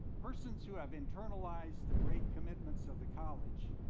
persons who have internalized the great commitments of the college,